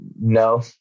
no